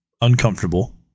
uncomfortable